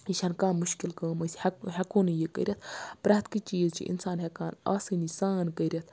یہِ چھَنہٕ کانٛہہ مُشکِل کٲم أسۍ ہیٚکو نہٕ یہِ کٔرِتھ پرٛٮ۪تھ کانٛہہ چیٖز چھ اِنسان ہیٚکان آسٲنی سان کٔرِتھ